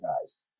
guys